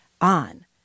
on